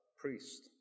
priest